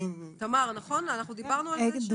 תמר, דיברנו על זה.